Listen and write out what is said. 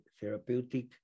therapeutic